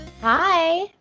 Hi